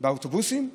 באוטובוסים ובנהגים.